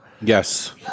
Yes